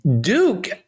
Duke